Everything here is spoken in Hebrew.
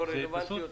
לא רלוונטי.